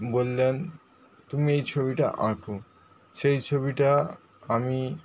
বললেন তুমি এই ছবিটা আঁকো সেই ছবিটা আমি